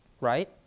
Right